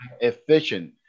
efficient